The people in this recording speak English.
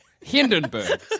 Hindenburg